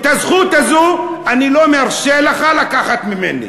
את הזכות הזו אני לא מרשה לך לקחת ממני,